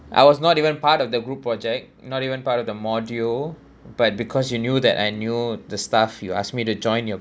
I was not even part of the group project not even part of the module but because you knew that I knew the stuff you asked me to join your